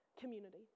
community